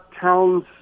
Towns